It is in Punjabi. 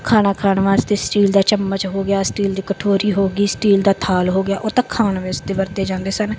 ਖਾਣਾ ਖਾਣ ਵਾਸਤੇ ਸਟੀਲ ਦਾ ਚਮਚ ਹੋ ਗਿਆ ਸਟੀਲ ਦੀ ਕਟੋਰੀ ਹੋ ਗਈ ਸਟੀਲ ਦਾ ਥਾਲ ਹੋ ਗਿਆ ਉਹ ਤਾਂ ਖਾਣ ਵਾਸਤੇ ਵਰਤੇ ਜਾਂਦੇ ਸਨ